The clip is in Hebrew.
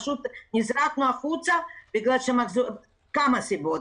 פשוט נזרקנו החוצה בשל כמה סיבות.